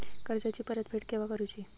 कर्जाची परत फेड केव्हा करुची?